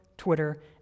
Twitter